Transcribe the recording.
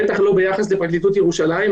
בטח לא ביחס לפרקליטות ירושלים.